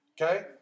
Okay